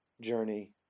journey